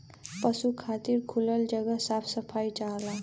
पसु खातिर खुलल जगह साफ सफाई चाहला